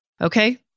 Okay